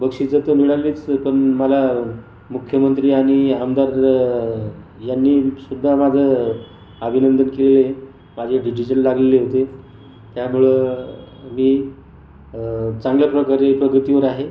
बक्षीसं तर मिळालीच तसं पण मला मुख्यमंत्री आणि आमदार यांनी सुद्धा माझं अभिनंदन केले माझे डिजिटल लागले होते त्यामुळं मी चांगल्या प्रकारे प्रगतीवर आहे